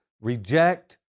reject